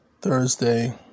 Thursday